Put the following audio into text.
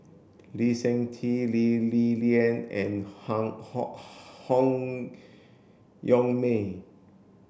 Lee Seng Tee Lee Li Lian and Han Yong May